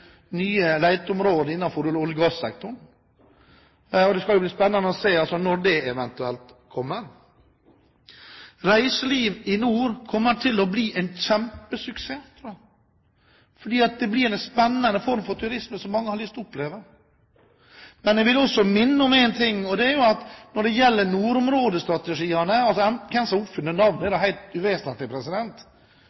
nye leteområder innenfor olje- og gassektoren. Det skal bli spennende å se når det eventuelt kommer. Reiselivet i nord kommer til å bli en kjempesuksess, tror jeg. Det blir en spennende form for turisme som mange har lyst til å oppleve. Men jeg vil også minne om en ting når det gjelder nordområdestrategien – hvem som har oppfunnet begrepet er helt uvesentlig, man bør ikke gjøre et veldig stort nummer av det – og det er at det